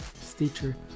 Stitcher